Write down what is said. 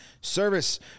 service